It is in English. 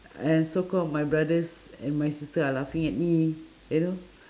and so called my brothers and my sisters are laughing at me you know